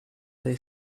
they